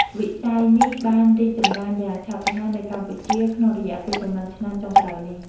វិស័យនេះបានរីកចម្រើនយ៉ាងឆាប់រហ័សនៅកម្ពុជាក្នុងរយៈពេលប៉ុន្មានឆ្នាំចុងក្រោយនេះ។